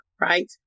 right